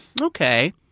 okay